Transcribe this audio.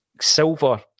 silver